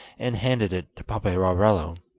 and handed it to paperarello.